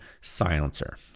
silencer